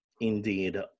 Indeed